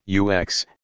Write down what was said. ux